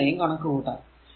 ഇങ്ങനെയും കണക്കു കൂട്ടാം